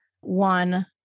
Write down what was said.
One